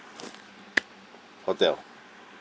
hotel